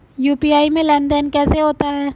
UPI में लेनदेन कैसे होता है?